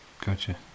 Gotcha